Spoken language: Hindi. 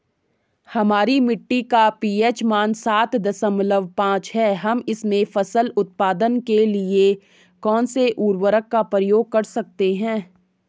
हमारी मिट्टी का पी.एच मान सात दशमलव पांच है हम इसमें फसल उत्पादन के लिए कौन से उर्वरक का प्रयोग कर सकते हैं?